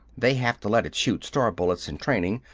they have to let it shoot star-bullets in training,